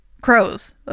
crows